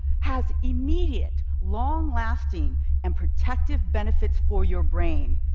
has immediate, long-lasting and protective benefits for your brain.